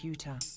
Computer